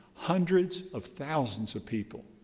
hundreds of thousands of people,